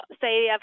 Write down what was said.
say